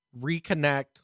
reconnect